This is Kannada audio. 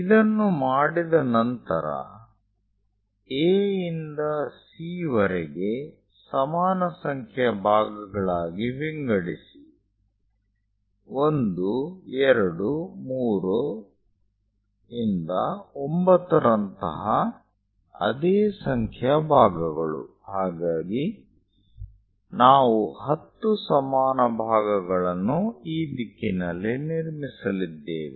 ಇದನ್ನು ಮಾಡಿದ ನಂತರ A ಇಂದ C ವರೆಗೆ ಸಮಾನ ಸಂಖ್ಯೆಯ ಭಾಗಗಳಾಗಿ ವಿಂಗಡಿಸಿ 1 2 3 ಇಂದ 9 ರಂತಹ ಅದೇ ಸಂಖ್ಯೆಯ ಭಾಗಗಳು ಹಾಗಾಗಿ ನಾವು 10 ಸಮಾನ ಭಾಗಗಳನ್ನು ಈ ದಿಕ್ಕಿನಲ್ಲಿ ನಿರ್ಮಿಸಲಿದ್ದೇವೆ